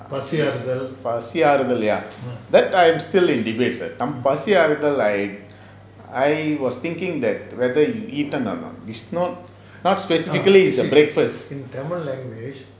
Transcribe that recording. பசி ஆறுதல்:pasi aaruthal that I am still in debate பசி ஆறுதல்:paasi aaruthal like I was thinking that whether you eaten or not it's not not specifically breakfast